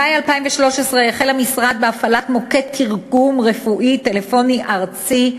במאי 2013 החל המשרד בהפעלת מוקד תרגום רפואי טלפוני ארצי,